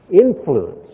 influence